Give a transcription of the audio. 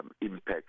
impact